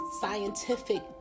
scientific